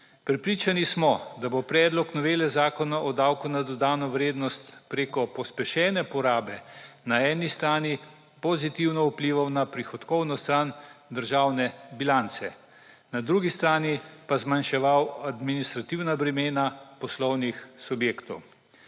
Prepričani smo, da bo predlog novele Zakona o davku na dodano vrednost preko pospešene porabe na eni strani pozitivno vplival na prihodkovno stran državne bilance, na drugi strani pa zmanjševal administrativna bremena poslovnih subjektov.